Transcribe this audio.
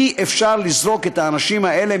אי-אפשר לזרוק את האנשים האלה,